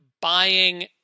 buying